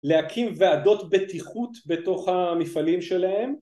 להקים ועדות בטיחות בתוך ה...מפעלים שלהם,